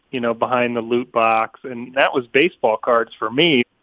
you know, behind the loot box, and that was baseball cards for me.